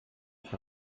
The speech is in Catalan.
per